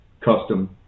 custom